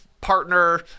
partner